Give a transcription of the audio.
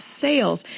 sales